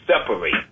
separate